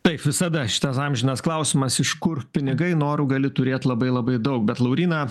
taip visada šitas amžinas klausimas iš kur pinigai norų gali turėti labai labai daug bet lauryna